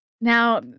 Now